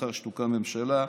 אחרי שתוקם ממשלה,